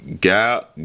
Gal